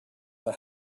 for